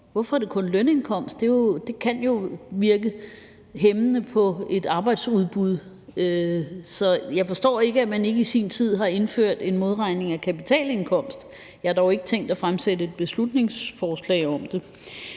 Hvorfor er det kun lønindkomst? Det kan jo virke hæmmende på et arbejdsudbud. Så jeg forstår ikke, at man ikke i sin tid har indført en modregning af kapitalindkomst. Jeg har dog ikke tænkt mig at fremsætte et beslutningsforslag om det.